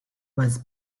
was